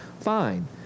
Fine